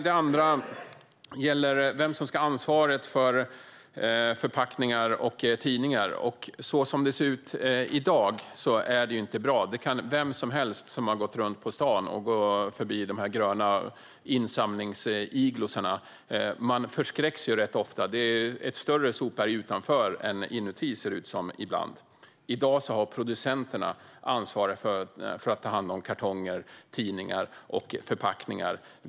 Det andra gäller vem som ska ha ansvaret för förpackningar och tidningar. Så som det ser ut i dag är det inte bra. Det kan vem som helst se som går förbi de gröna insamlingsiglorna i stan. Man förskräcks rätt ofta. Det ser ibland ut som att det är ett större sopberg utanför än inuti. I dag har producenterna ansvar för att ta hand om kartonger, tidningar och förpackningar.